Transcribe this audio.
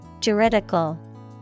Juridical